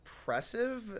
impressive